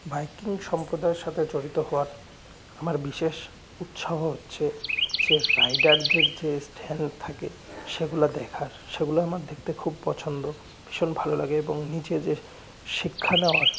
biking সম্প্রদায়ের সাথে জড়িত হওয়ার আমার বিশেষ উৎসাহ হচ্ছে যে রাইডারদের যে স্ট্যান্ড থাকে সেগুলো দেখার সেগুলো আমার দেখতে খুব পছন্দ ভীষণ ভালো লাগে এবং নিজে যে শিক্ষা নেওয়ার